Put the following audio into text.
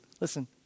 listen